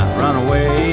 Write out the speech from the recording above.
runaway